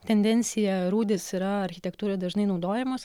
tendencija rūdys yra architektūroj dažnai naudojamos